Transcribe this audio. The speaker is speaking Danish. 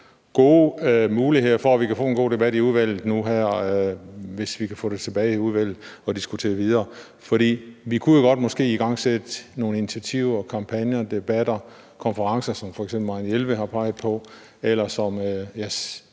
gode muligheder for, at vi kan få en god debat i udvalget nu her, hvis vi kan få det tilbage i udvalget og diskutere videre. Vi kunne jo måske godt igangsætte nogle initiativer såsom kampagner, debatter og konferencer, som f.eks. Marianne Jelved har peget på, og som jeg